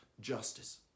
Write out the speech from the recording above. justice